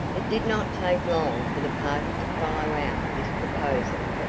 it did not take long for the party to follow out this proposal,